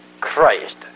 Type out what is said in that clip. Christ